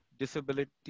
disability